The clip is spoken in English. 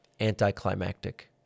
anticlimactic